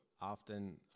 often